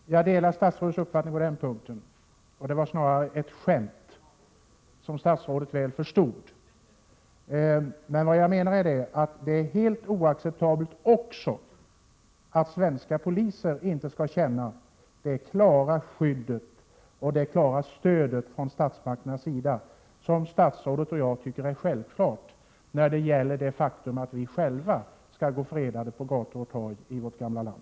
Herr talman! Jag delar naturligtvis statsrådets uppfattning på den punkten, och det var snarare ett skämt — som statsrådet mycket väl förstod. Vad jag menar är att det också är helt oacceptabelt att svenska poliser inte skall känna det klara skyddet och stödet från statsmakternas sida som statsrådet och jag tycker är självklart när det gäller att vi själva skall gå fredade på gator och torg i vårt gamla land.